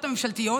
הממשלתיות